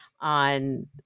on